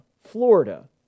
Florida